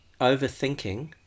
overthinking